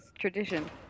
tradition